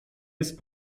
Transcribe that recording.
jest